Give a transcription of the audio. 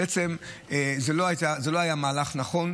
זה לא היה מהלך נכון,